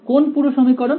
কোন পুরো সমীকরণ